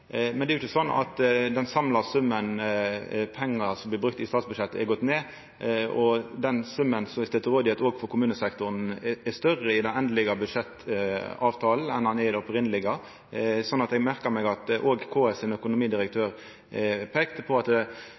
Men det er ikkje slik at den samla summen som blir brukt i statsbudsjettet, har gått ned. Den summen som er stilt til rådvelde for kommunesektoren, er større i den endelege budsjettavtalen enn han er i det opphavlege budsjettet. Eg merka meg at óg økonomidirektøren i KS peikte på at bl.a. flyktningsituasjonen medfører fleire årsverk i kommunane. Det